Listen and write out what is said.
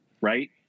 right